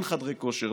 כן חדרי כושר,